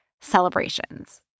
celebrations